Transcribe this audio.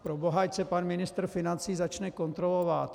Proboha, ať se pan ministr financí začne kontrolovat.